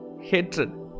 hatred